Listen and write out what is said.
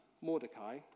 Mordecai